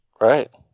right